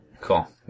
Cool